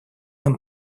нам